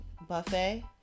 buffet